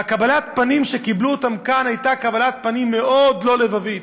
וקבלת הפנים שקיבלו כאן הייתה קבלת פנים מאוד לא לבבית.